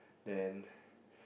then